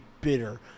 bitter